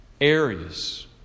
areas